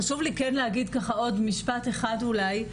חשוב לי להגיד עוד משפט אחד אולי.